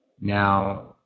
Now